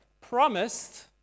promised